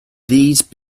these